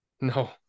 No